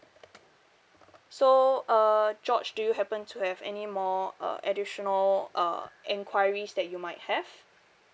so uh george do you happen to have any more uh additional uh enquiries that you might have